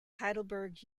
heidelberg